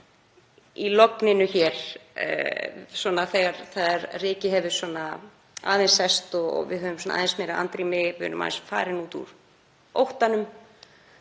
í logninu núna, þegar rykið hefur aðeins sest og við höfum aðeins meira andrými, erum farin út úr óttanum,